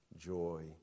joy